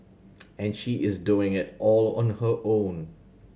and she is doing it all on her own